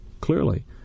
Clearly